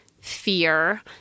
fear